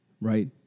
right